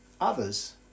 others